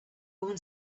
woman